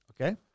Okay